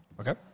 Okay